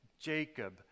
Jacob